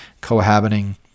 cohabiting